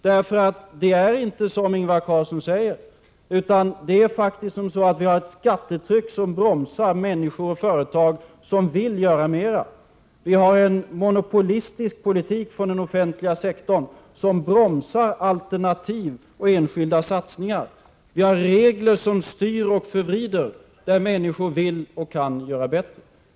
Det är nämligen inte som Ingvar Carlsson säger, utan vi har ett skattetryck som bromsar människor och företag som vill göra mer, och vi har en monopolistisk politik från den offentliga sektorn som bromsar alternativ och enskilda satsningar. Vi har regler som styr och förvrider där människor vill och kan göra bättre.